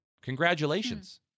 Congratulations